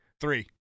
Three